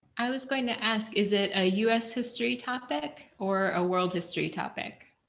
i was going to ask, is it a us history topic or a world history topic?